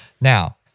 now